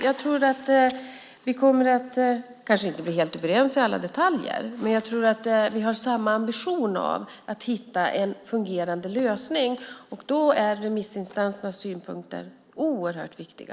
Jag tror att vi kanske inte kommer att vara helt överens i alla detaljer, men jag tror att vi har samma ambition att hitta en fungerande lösning. Då är remissinstansernas synpunkter oerhört viktiga.